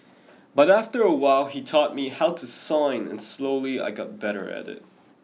but after a while he taught me how to sign and slowly I got better at it